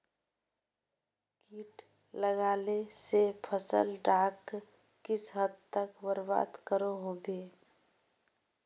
किट लगाले से फसल डाक किस हद तक बर्बाद करो होबे?